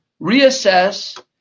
reassess